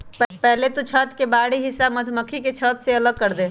पहले तु छत्त के बाहरी हिस्सा मधुमक्खी के छत्त से अलग करदे